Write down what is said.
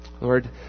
Lord